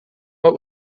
what